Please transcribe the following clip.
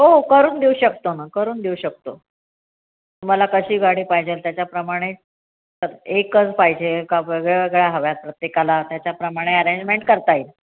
हो करून देऊ शकतो ना करून देऊ शकतो तुम्हाला कशी गाडी पाहिजेल त्याच्याप्रमाणे एकच पाहिजे का वेगळ्यावेगळ्या हव्या आहेत प्रत्येकाला त्याच्याप्रमाणे ॲरेंजमेंट करता येईल